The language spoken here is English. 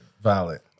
Valid